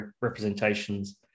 representations